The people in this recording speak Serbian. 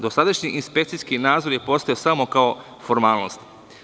Dosadašnji inspekcijski nadzor je postojao samo kao formalnost.